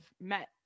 met